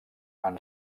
han